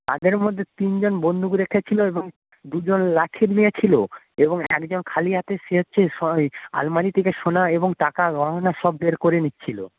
তাদের মধ্যে তিনজন বন্দুক রেখেছিল এবং দুজন লাঠি নিয়ে ছিল এবং একজন খালি হাতে সে হচ্ছে আলমারি থেকে সোনা এবং টাকা গহনা সব বের করে নিচ্ছিল